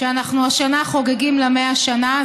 שאנחנו השנה חוגגים לה 100 שנה,